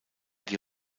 die